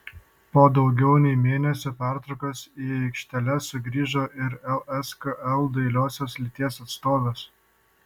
po daugiau nei mėnesio pertraukos į aikšteles sugrįžo ir lskl dailiosios lyties atstovės